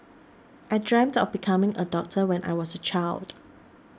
I dreamt of becoming a doctor when I was a child